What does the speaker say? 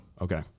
Okay